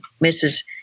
Mrs